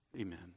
Amen